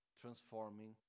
transforming